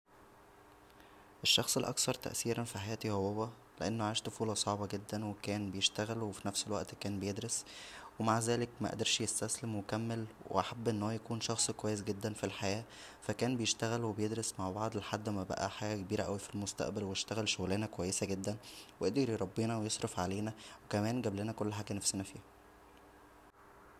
الشخص الاكثر تاثير فحياتى هو بابا لانه عاش طفوله صعبه جدا و كان بيشتغل وفنفس الوقت كان بيدرس ومع ذلك مقدرش يستسلم وكمل و حب ان هو يكون شخص كويس جدا فالحياه فكان بيشتغل ويدرس مع بعض لحد ما بقى حاجه كبيره اوى فالمستقبل واشتغل شغلانه كويسه جدا و قدر يربيتا ويصرف علينا و كمان جبلنا كل حاجه نفسنا فيها